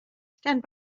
stand